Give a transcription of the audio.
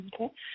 Okay